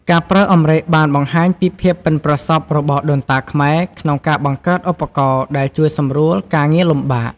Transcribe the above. ការប្រើអម្រែកបានបង្ហាញពីភាពប៉ិនប្រសប់របស់ដូនតាខ្មែរក្នុងការបង្កើតឧបករណ៍ដែលជួយសម្រួលការងារលំបាក។